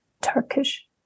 Turkish